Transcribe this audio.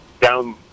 down